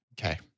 Okay